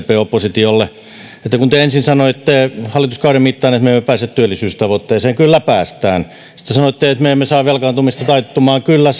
oppositiolle että te ensin sanoitte hallituskauden mittaan että me emme pääse työllisyystavoitteeseen kyllä pääsemme sitten te sanoitte että me emme saa velkaantumista taittumaan kyllä